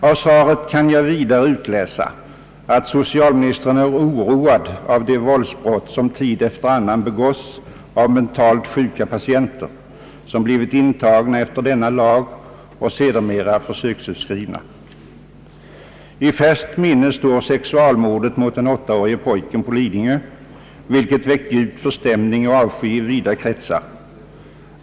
Av svaret kan jag utläsa att socialministern är oroad av de våldsbrott, som tid efter annan begås av mentalt sjuka patienter som blivit intagna efter denna lag och sedermera försöksutskrivna. I färskt minne står sexualmordet mot den åttaårige pojken på Lidingö, vilket väckt djup förstämning och avsky i vida kretsar.